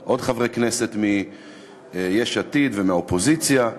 ולעוד חברי כנסת מיש עתיד ומהאופוזיציה ואמר: